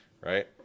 right